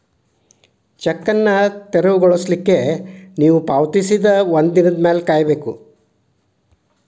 check ಅನ್ನು ತೆರವುಗೊಳಿಸ್ಲಿಕ್ಕೆ ನೇವು ಪಾವತಿಸಿದ ಒಂದಿನದ್ ಮ್ಯಾಲೆ ಕಾಯಬೇಕು